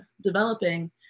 developing